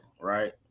right